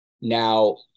Now